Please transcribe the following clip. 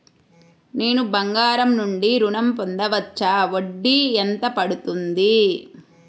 నేను బంగారం నుండి ఋణం పొందవచ్చా? వడ్డీ ఎంత పడుతుంది?